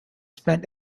spent